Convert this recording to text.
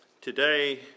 Today